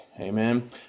amen